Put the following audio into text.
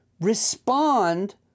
respond